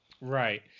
Right